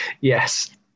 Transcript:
Yes